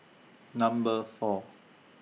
Number four